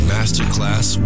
Masterclass